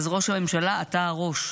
אז ראש הממשלה, אתה הראש.